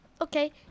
Okay